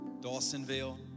Dawsonville